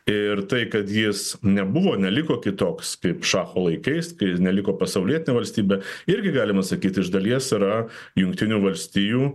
ir tai kad jis nebuvo neliko kitoks kaip šacho laikais kai neliko pasaulietinė valstybė irgi galima sakyt iš dalies yra jungtinių valstijų